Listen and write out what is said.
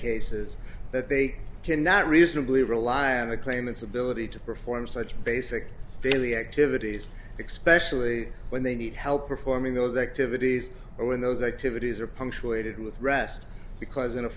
cases that they cannot reasonably rely on the claimants ability to perform such basic daily activities expression when they need help performing those activities when those activities are punctuated with rest because in a